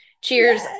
cheers